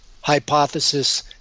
hypothesis